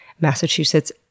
Massachusetts